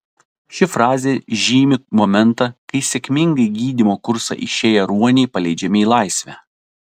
ši frazė žymi momentą kai sėkmingai gydymo kursą išėję ruoniai paleidžiami į laisvę